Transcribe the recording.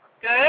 Good